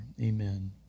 Amen